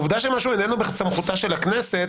העובדה שמשהו איננו בסמכותה של הכנסת,